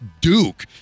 Duke